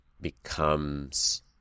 becomes